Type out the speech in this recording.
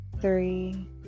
three